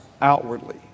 outwardly